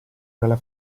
dalla